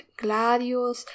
gladios